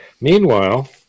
Meanwhile